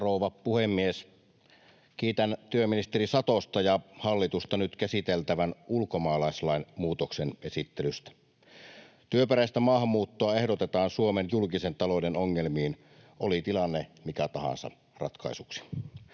Kiitän työministeri Satosta ja hallitusta nyt käsiteltävän ulkomaalaislain muutoksen esittelystä. Työperäistä maahanmuuttoa ehdotetaan Suomen julkisen talouden ongelmiin, oli tilanne mikä tahansa, ratkaisuksi.